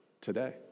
today